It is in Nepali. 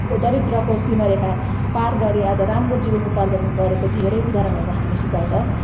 दरिद्रको सीमारेखा पार गरी आज राम्रो जीवन उपार्जन गरेको धेरै उदाहरणहरू हामीसित छ